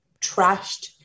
trashed